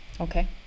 okay